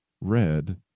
red